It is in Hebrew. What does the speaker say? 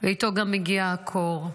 ואיתם גם מגיע הקור,